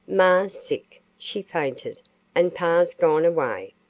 ma's sick she fainted and pa's gone away.